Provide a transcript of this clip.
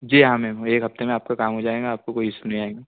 जी हाँ मैम एक हफ़्ते में आपका काम हो जाएगा आपको कोई इसू नहीं आएगा